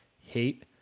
hate